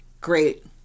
Great